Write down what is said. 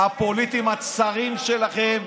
הפוליטיים הצרים שלכם.